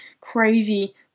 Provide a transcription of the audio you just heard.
crazy